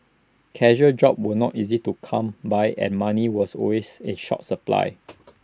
casual jobs were not easy to come by and money was always in short supply